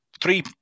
three